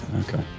Okay